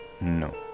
No